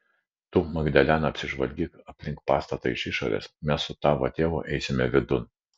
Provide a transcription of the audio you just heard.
tu magdalena apsižvalgyk aplink pastatą iš išorės mes su tavo tėvu eisime vidun